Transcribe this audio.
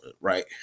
right